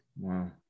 Wow